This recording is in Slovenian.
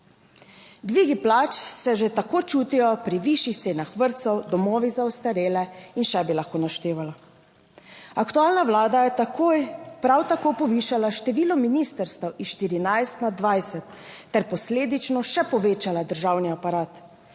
Dvigi plač se že tako čutijo pri višjih cenah vrtcev, domovih za ostarele in še bi lahko naštevala. Aktualna Vlada je takoj prav tako povišala število ministrstev iz 14 na 20 ter posledično še povečala državni aparat.